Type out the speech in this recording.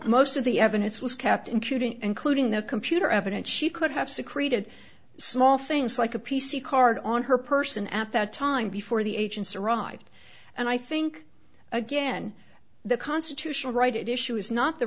most of the evidence was kept including including the computer evidence she could have secreted small things like a p c card on her person at that time before the agents arrived and i think again the constitutional right issue is not the